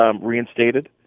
reinstated